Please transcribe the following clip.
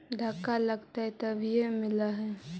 धक्का लगतय तभीयो मिल है?